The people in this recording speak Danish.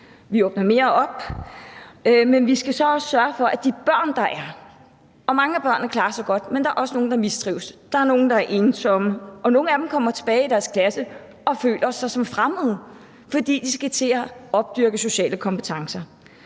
Vi åbner mere op, men vi skal så også sørge for de børn, der er. Mange af børnene klarer sig godt, men der er også nogle, der mistrives. Der er nogle, der er ensomme, og nogle af dem kommer tilbage i deres klasse og føler sig som fremmede, fordi de skal til at opdyrke sociale kompetencer.